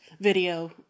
video